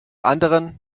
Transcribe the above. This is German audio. anderen